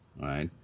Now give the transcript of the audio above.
right